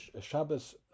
Shabbos